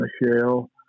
Michelle